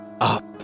up